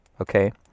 Okay